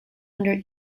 under